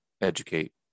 educate